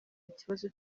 ikibazo